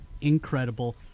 incredible